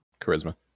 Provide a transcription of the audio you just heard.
Charisma